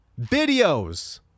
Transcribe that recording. videos